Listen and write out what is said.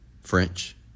French